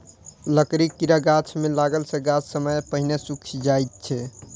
लकड़ीक कीड़ा गाछ मे लगला सॅ गाछ समय सॅ पहिने सुइख जाइत छै